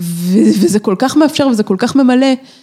וזה כל כך מאפשר וזה כל כך ממלא.